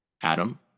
Adam